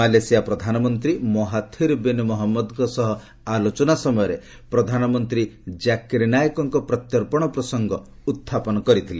Malaysia ପ୍ରଧାନମନ୍ତ୍ରୀ Mahathir bin ମହମ୍ମଦଙ୍କ ସହ ଆଲୋଚନା ସମୟରେ ପ୍ରଧାନମନ୍ତ୍ରୀ ଜାକିର୍ ନାଏକଙ୍କ ପ୍ରତ୍ୟର୍ପଶ ପ୍ରସଙ୍ଗ ଉତ୍ଥାପନ କରିଥିଲେ